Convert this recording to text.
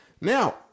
now